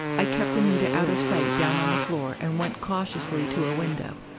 i kept anita out of sight down on the floor and went cautiously to a window.